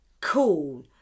cool